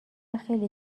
خیلی